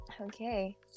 Okay